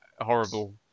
horrible